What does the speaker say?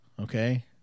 okay